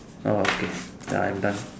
ah okay I am done